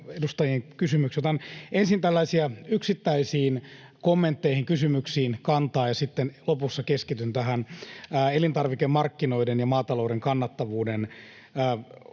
edustajien kysymyksiin. Otan ensin tällaisiin yksittäisiin kommentteihin, kysymyksiin kantaa ja sitten lopussa keskityn elintarvikemarkkinoiden ja maatalouden kannattavuuden